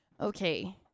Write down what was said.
Okay